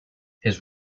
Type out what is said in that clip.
his